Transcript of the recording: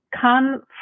come